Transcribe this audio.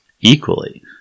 equally